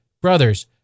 brothers